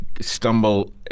stumble